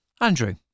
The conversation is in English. Andrew